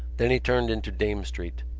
then he turned into dame street.